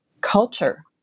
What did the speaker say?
culture